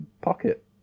pocket